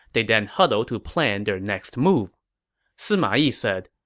they then huddled to plan their next move sima yi said,